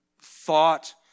thought